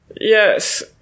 yes